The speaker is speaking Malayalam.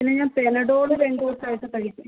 പിന്ന ഞാൻ പെനഡോള് രണ്ടു ദിവസായിട്ട് കഴിക്കുന്നു